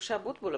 משה אבוטבול,